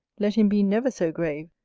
let him be never so grave,